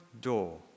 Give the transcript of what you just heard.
door